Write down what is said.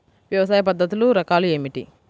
వ్యవసాయ పద్ధతులు రకాలు ఏమిటి?